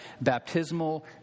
baptismal